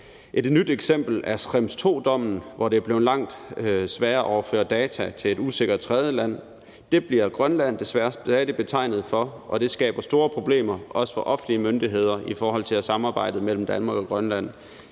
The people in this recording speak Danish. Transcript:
Et nyt eksempel er Schrems II-dommen, efter hvilken det er blevet langt sværere at overføre data til et usikkert tredjeland, og det bliver Grønland desværre stadig betegnet som, og det skaber store problemer også for offentlige myndigheder i forhold til samarbejdet mellem Danmark og Grønland.